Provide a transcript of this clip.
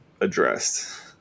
addressed